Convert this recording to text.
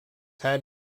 had